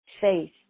faith